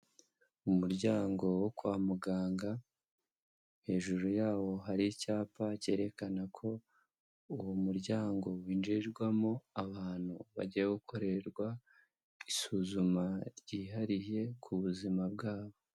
Umuryango wo kwa muganga, hejuru yawo hari icyapa cyerekana ko, uwo muryango winjirwamo abantu bagiye gukorerwa isuzuma ryihariye ku buzima bwabo.